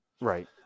Right